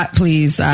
please